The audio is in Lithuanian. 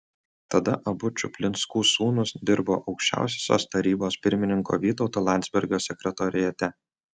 tada abu čuplinskų sūnūs dirbo aukščiausiosios tarybos pirmininko vytauto landsbergio sekretoriate